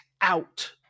out